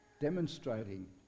demonstrating